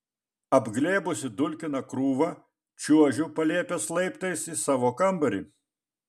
apglėbusi dulkiną krūvą čiuožiu palėpės laiptais į savo kambarį